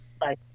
Bye